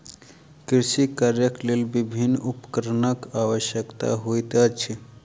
कृषि कार्यक लेल विभिन्न उपकरणक आवश्यकता होइत अछि